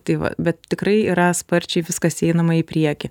tai va bet tikrai yra sparčiai viskas einama į priekį